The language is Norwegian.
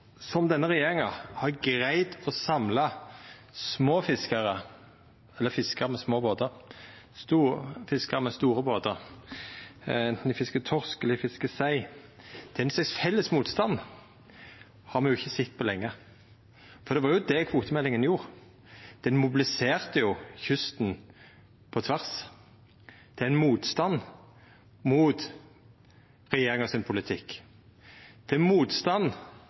som denne regjeringa har greidd å samla fiskarar med små båtar og fiskarar med store båtar på, anten dei fiskar torsk eller dei fiskar sei – ein slik felles motstand har me ikkje sett på lenge. For det var det kvotemeldinga gjorde. Kvotemeldinga mobiliserte kysten på tvers til ein motstand mot regjeringa sin politikk – til motstand